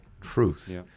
truth